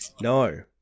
No